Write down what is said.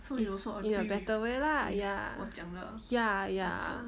in a better way lah ya ya ya